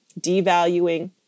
devaluing